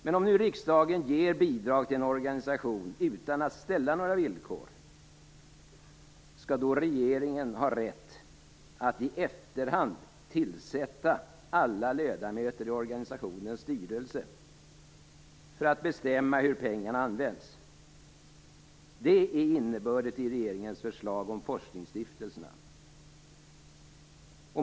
Men om nu riksdagen ger bidrag till en organisation utan att ställa några villkor, skall då regeringen ha rätt att i efterhand tillsätta alla ledamöter i organisationens styrelse för att bestämma hur pengarna används? Det är innebörden i regeringens förslag om forskningsstiftelserna.